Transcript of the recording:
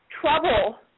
trouble